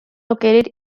located